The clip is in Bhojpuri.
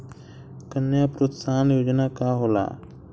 कन्या प्रोत्साहन योजना का होला?